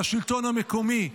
לשלטון המקומי,